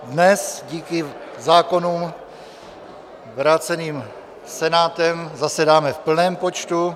Dnes díky zákonům vráceným Senátem zasedáme v plném počtu.